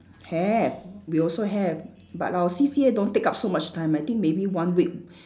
have we also have but our C_C_A don't take up so much time I think maybe one week